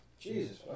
Jesus